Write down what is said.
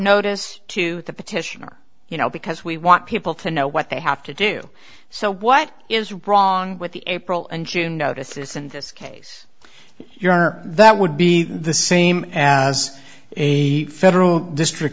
notice to the petitioner you know because we want people to know what they have to do so what is wrong with the april and june notices in this case your honor that would be the same as a federal district